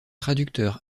traducteur